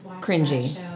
Cringy